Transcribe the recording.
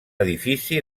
edifici